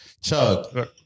Chug